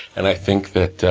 and i think that